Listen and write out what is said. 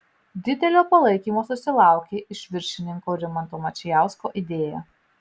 didelio palaikymo susilaukė iš viršininko rimanto mačijausko idėja